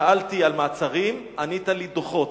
שאלתי על מעצרים, ענית לי על דוחות.